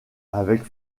avec